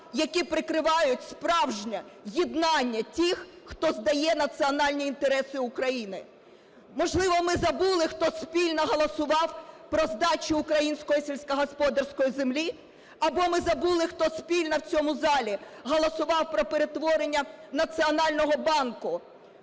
які прикривають справжнє єднання тих, хто здає національні інтереси України. Можливо, ми забули, хто спільно голосував про здачу української сільськогосподарської землі? Або ми забули, хто спільно в цьому залі голосував про перетворення Національного банку